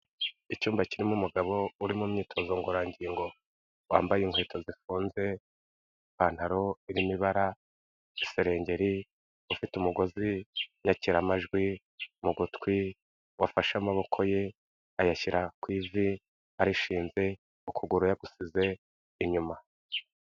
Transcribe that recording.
Icyumba kirimo umugabo uri mu myitozo ngororangingo, wambaye inkweto zifunze, ipantaro irimo ibara, iserengeri ufite umugozi nyakiramajwi mu gutwi, wafashe amaboko ye ayashyira ku ivi arishinze, ukuguru yagusize inyuma.